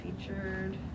featured